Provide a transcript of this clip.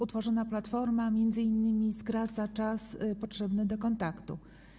Utworzona platforma m.in. skraca czas potrzebny do kontaktu.